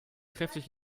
kräftig